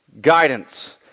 guidance